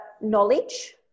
Knowledge